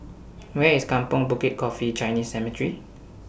Where IS Kampong Bukit Coffee Chinese Cemetery